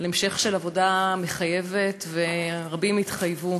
המשך של עבודה מחייבת, ורבים התחייבו.